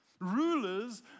Rulers